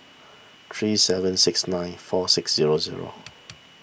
three seven six nine four six zero zero